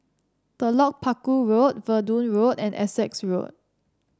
Telok Paku Road Verdun Road and Essex Road